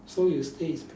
so you stay in city